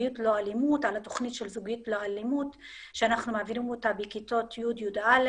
על התוכניות של זוגיות ללא אלימות שאנחנו מעבירים אותה בכיתות י'-י"א,